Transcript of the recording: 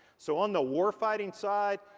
so on the war fighting side,